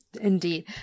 Indeed